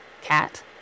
cat